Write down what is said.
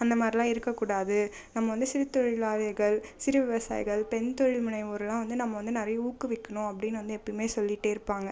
அந்த மாதிரில்லாம் இருக்கக்கூடாது நம்ம வந்து சிறுத்தொழிலாளிகள் சிறு விவசாயிகள் பெண் தொழில் முனைவோரெலாம் வந்து நம்ம வந்து நிறைய ஊக்குவிக்கணும் அப்படின்னு வந்து எப்போயுமே சொல்லிகிட்டே இருப்பாங்க